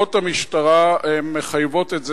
פקודות המשטרה מחייבות את זה.